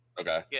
Okay